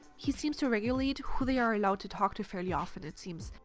he seems to regulate who they are allowed to talk to fairly often, it seems.